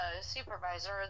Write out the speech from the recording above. supervisor